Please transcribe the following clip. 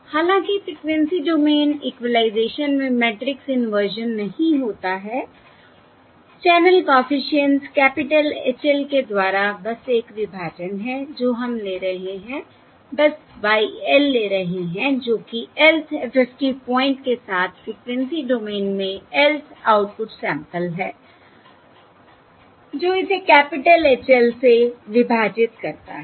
हालांकि frequency domain equalization में matrix inversion नहीं होता है channel coefficients capital H l के द्वारा बस एक विभाजन है जो हम ले रहे हैं बस Y l ले रहे हैं जो कि lth FFT पॉइंट के साथ फ़्रीक्वेंसी डोमेन में lth आउटपुट सैंपल है जो इसे कैपिटल H l से विभाजित करता है